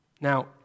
Now